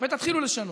ותתחילו לשנות.